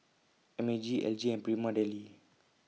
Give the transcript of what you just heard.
M A G L G and Prima Deli